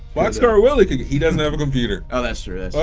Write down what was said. boxcar willie could he doesn't have a computer. ah that's true.